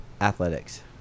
athletics